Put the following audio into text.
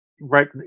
right